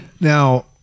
Now